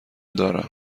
دارم